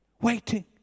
waiting